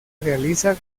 realiza